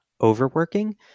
overworking